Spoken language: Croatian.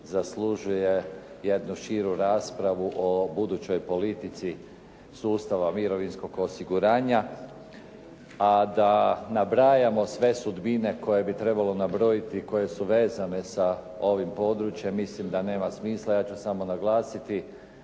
zaslužuje jednu veću raspravu o budućoj politici sustava mirovinskog osiguranja, a da nabrajamo sve sudbine koje bi trebalo nabrojiti i koje su vezane sa ovim područjem, mislim da nema smisla. Ja ću samo naglasiti